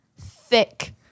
thick